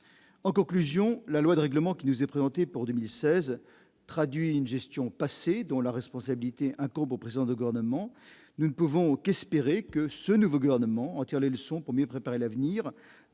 en conclusion, la loi de règlement qui nous est présenté pour 2016 traduit une gestion passée, dont la responsabilité incombe au Président de gouvernement, nous ne pouvons Speer et que ce nouveau gouvernement, en tire les leçons pour mieux préparer l'avenir